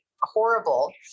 horrible